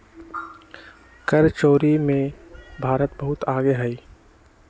कर चोरी में भारत बहुत आगे हई